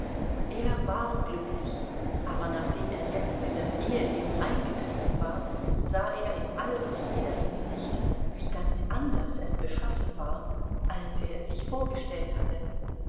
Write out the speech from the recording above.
er war glücklich aber nachdem er jetzt in das eheleben eingetreten war sah er in all und jeder hinsicht wie ganz anders es beschaffen war als er es sich vorgestellt hatte